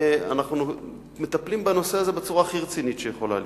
ואנחנו מטפלים בנושא הזה בצורה הכי רצינית שיכולה להיות.